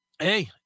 Hey